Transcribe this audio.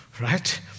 right